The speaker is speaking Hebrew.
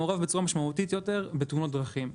מעורב בצורה משמעותית יותר בתאונות דרכים.